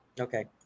Okay